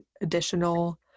additional